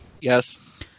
Yes